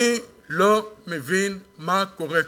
אני לא מבין מה קורה כאן.